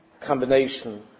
combination